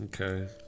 okay